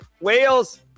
Wales